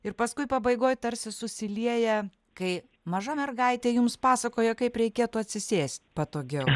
ir paskui pabaigoj tarsi susilieja kai maža mergaitė jums pasakoja kaip reikėtų atsisėst patogiau